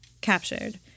captured